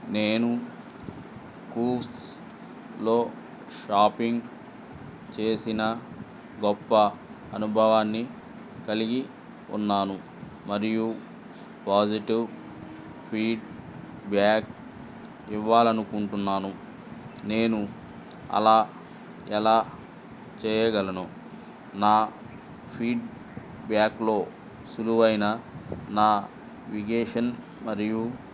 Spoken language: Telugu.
నేను కూవ్స్లో షాపింగ్ చేసిన గొప్ప అనుభవాన్ని కలిగి ఉన్నాను మరియు పాజిటివ్ ఫీడ్బ్యాక్ ఇవ్వాలి అనుకుంటున్నాను నేను అలా ఎలా చేయగలను నా ఫీడ్బ్యాక్లో సులువైన నావిగేషన్ మరియు